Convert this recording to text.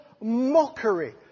mockery